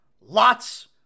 Lots